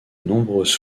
nombreuses